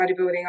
bodybuilding